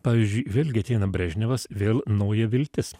pavyzdžiui vėlgi ateina brežnevas vėl nauja viltis